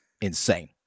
insane